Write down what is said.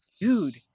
dude